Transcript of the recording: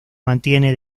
mantiene